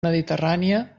mediterrània